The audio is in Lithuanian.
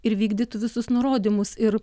ir vykdytų visus nurodymus ir